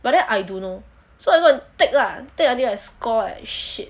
but then I don't know so I go and take lah take until I score like shit